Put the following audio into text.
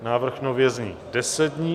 Návrh nově zní 10 dní.